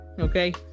Okay